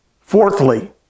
Fourthly